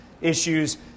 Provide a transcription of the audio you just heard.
issues